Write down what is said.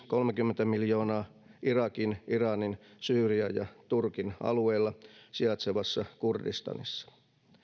kolmekymmentä miljoonaa irakin iranin syyrian ja turkin alueilla sijaitsevassa kurdistanissa